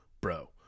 bro